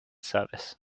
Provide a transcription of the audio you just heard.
service